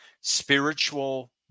Spiritual